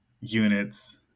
units